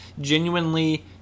genuinely